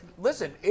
listen